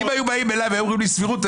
אם היו באים אלי והיו אומרים לי סבירות,